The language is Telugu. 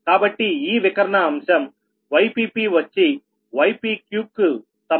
కాబట్టి ఈ వికర్ణ అంశం Yppవచ్చి ypqకు సమానం